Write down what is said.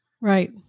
Right